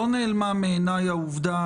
לא נעלמה מעיני העובדה